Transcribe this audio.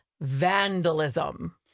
vandalism